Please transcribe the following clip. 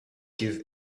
give